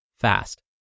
fast